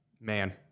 Man